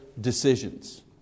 decisions